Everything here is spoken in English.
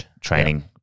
training